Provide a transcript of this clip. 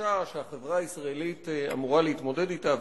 וקשה שהחברה הישראלית אמורה להתמודד אתה,